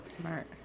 Smart